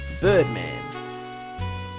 Birdman